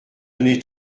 donner